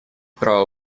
права